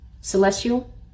Celestial